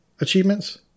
achievements